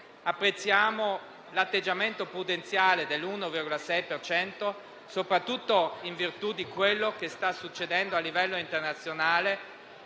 Apprezziamo l'atteggiamento prudenziale dell'1,6 per cento, soprattutto in virtù di quello che sta succedendo a livello internazionale